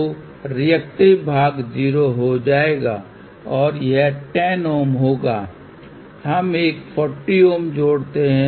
तो रिएक्टिव भाग 0 हो जाएगा और यह 10 Ω होगा हम एक 40 Ω जोड़ते हैं